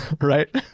right